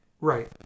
Right